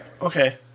Okay